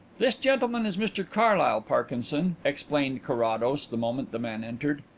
this gentleman is mr carlyle, parkinson, explained carrados the moment the man entered.